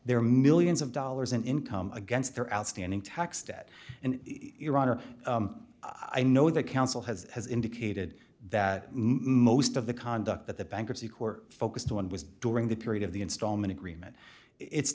their millions of dollars in income against their outstanding tax debt and iran or i know that counsel has has indicated that most of the conduct that the bankruptcy court focused on was during the period of the installment agreement it's